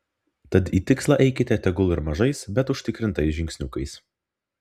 tad į tikslą eikite tegul ir mažais bet užtikrintais žingsniukais